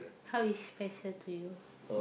how is special to you